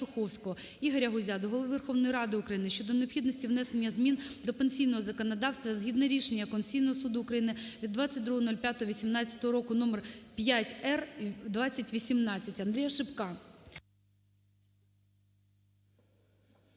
Ігоря Гузя до Голови Верховної Ради України щодо необхідності внесення змін до пенсійного законодавства згідно рішення Конституційного Суду України від 22.05.2018 року № 5-р/2018. Андрія Шипка